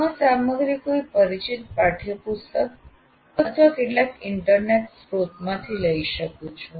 હું આ સામગ્રી કોઈ પરિચિત પાઠયપુસ્તક અથવા કેટલાક ઇન્ટરનેટ સ્રોતમાંથી લઇ શકું છું